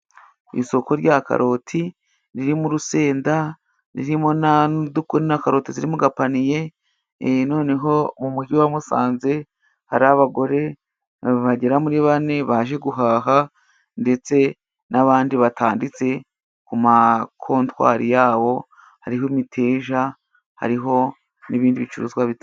Isoko rya karoti ririmo urusenda, ririmo na karoti ziri mu gapaniye, noneho mu mugi wa Musanze hari abagore bagera muri bane baje guhaha, ndetse n'abandi batanditse ku ma kontwari yabo, hariho imiteja, hariho n'ibindi bicuruzwa bi...